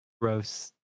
gross